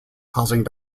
causing